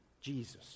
jesus